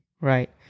right